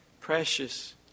precious